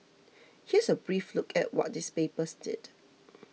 here's a brief look at what these papers did